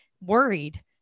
worried